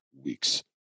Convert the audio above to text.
week's